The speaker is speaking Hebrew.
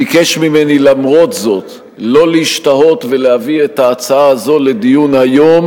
ביקש ממני למרות זאת לא להשתהות ולהביא את ההצעה הזאת לדיון היום,